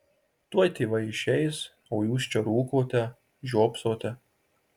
tuoj tėvai išeis o jūs čia rūkote žiopsote